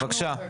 בבקשה.